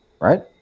right